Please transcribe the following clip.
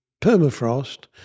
permafrost